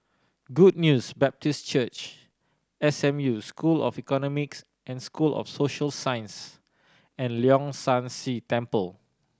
Good News Baptist Church S M U School of Economics and School of Social Sciences and Leong San See Temple